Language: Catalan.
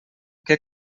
què